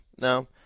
no